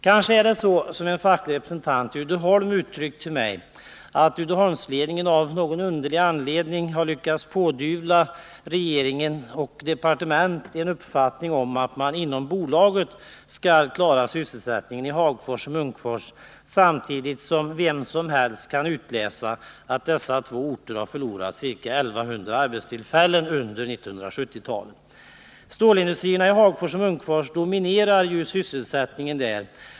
Kanske är det så som en facklig representant i Uddeholm har uttryckt det till mig, att Uddeholmsledningen av någon underlig anledning lyckats pådyvla regering och departement en uppfattning om att man inom bolaget skall klara sysselsättningen i Hagfors och Munkfors, samtidigt som vem som helst kan utläsa att dessa två orter under 1970-talet har förlorat ca 1000 arbetstillfällen. Stålindustrierna i Hagfors och Munkfors dominerar sysselsättningen där.